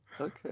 okay